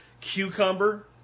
Cucumber